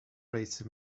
rates